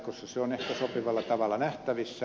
se on ehkä sopivalla tavalla nähtävissä